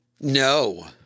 No